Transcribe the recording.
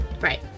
Right